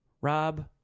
Rob